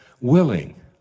willing